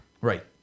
right